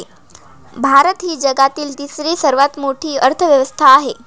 भारत ही जगातील तिसरी सर्वात मोठी अर्थव्यवस्था आहे